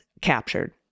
captured